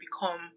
become